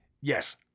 Yes